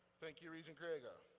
thank you, regent griego.